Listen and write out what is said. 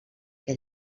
que